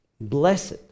Blessed